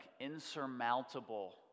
insurmountable